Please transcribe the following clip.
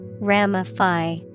Ramify